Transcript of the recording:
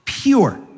Pure